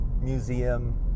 museum